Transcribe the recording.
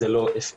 זה לא אפקטיבי.